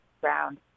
ground